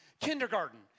kindergarten